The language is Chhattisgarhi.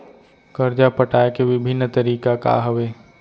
करजा पटाए के विभिन्न तरीका का हवे?